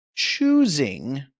Choosing